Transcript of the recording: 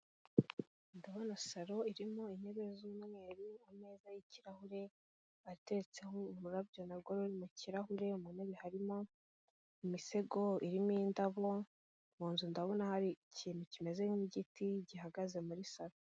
Ndabona salo irimo intebe z'umweru ameza y'kirahure ateretseho uburabyo narwo ruri mu kirahure mu ntebe harimo imisego irimo indabo mu nzu ndabona hari ikintu kimeze nkgiti gihagaze muri salo.